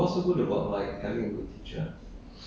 I think the most important thing is to find a good teacher